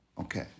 okay